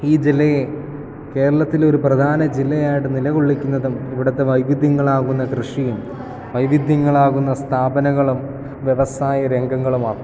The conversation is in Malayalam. ഈ ജില്ലയെ കേരളത്തിലെ ഒരു പ്രധാന ജില്ലയായിട്ട് നില കൊള്ളിക്കുന്നതും ഇവിടത്തെ വൈവിധ്യങ്ങളാവുന്ന കൃഷിയും വൈവിധ്യങ്ങളാവുന്ന സ്ഥാപനങ്ങളും വ്യവസായ രംഗങ്ങളുമാണ്